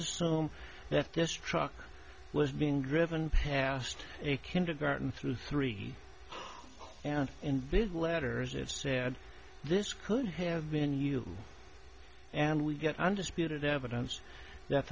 assume that this truck was being driven past a kindergarten through three and in big letters it said this could have been you and we get undisputed evidence that